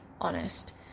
honest